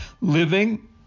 living